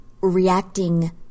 reacting